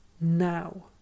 now